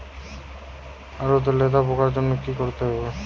আলুতে লেদা পোকার জন্য কি করতে হবে?